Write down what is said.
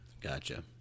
Gotcha